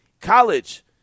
college